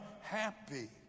happy